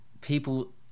people